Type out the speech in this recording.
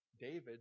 David